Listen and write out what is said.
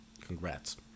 Congrats